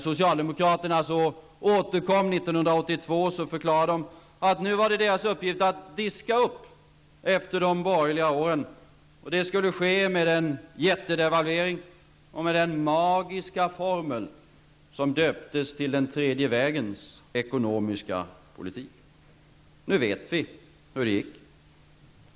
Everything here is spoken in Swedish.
förklarade de att det nu var deras uppgift att diska upp efter de borgerliga åren, och det skulle ske med en jättedevalvering och med den magiska formel som döptes till den tredje vägens ekonomiska politik. Nu vet vi hur det gick.